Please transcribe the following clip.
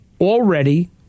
already